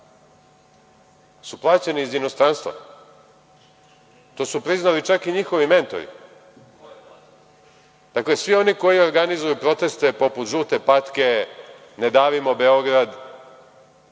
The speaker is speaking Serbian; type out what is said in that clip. su plaćeni iz inostranstva. To su priznali čak i njihovi mentori. Dakle, svi oni koji organizuju proteste poput „žute patke“, „ne davimo Beograd“,